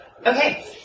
Okay